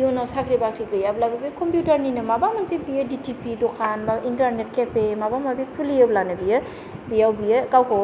इउनाव साख्रि बाख्रि गैयाब्लाबो बे कमपिउटारनिनो माबा मोनसे दि टि पि दखान इन्टारनेट केफे माबा माबि खुलियोब्लानो बियो बेयाव बियो गावखौ